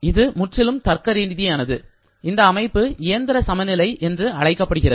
இது முற்றிலும் தர்க்கரீதியானதுடன் இந்த அமைப்பு இயந்திர சமநிலை என்று அழைக்கப்படுகிறது